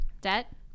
Debt